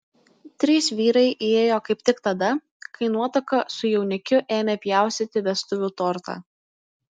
trys vyrai įėjo kaip tik tada kai nuotaka su jaunikiu ėmė pjaustyti vestuvių tortą